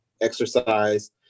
exercise